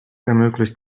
ermöglicht